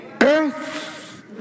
earth